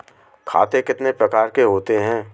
खाते कितने प्रकार के होते हैं?